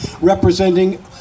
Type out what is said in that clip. representing